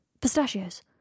Pistachios